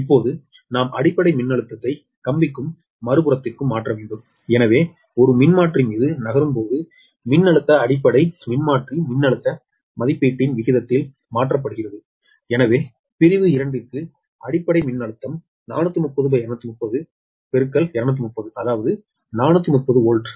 இப்போது இப்போது நாம் அடிப்படை மின்னழுத்தத்தை கம்பிக்கும் மறுபுறத்திற்கும் மாற்ற வேண்டும் எனவே ஒரு மின்மாற்றி மீது நகரும் போது மின்னழுத்த அடிப்படை மின்மாற்றி மின்னழுத்த மதிப்பீட்டின் விகிதத்தில் மாற்றப்படுகிறது எனவே பிரிவு 2 ற்கு அடிப்படை மின்னழுத்தம் 433230230 அதாவது 430 வோல்ட்